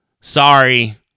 Sorry